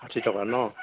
ষাঠি টকা ন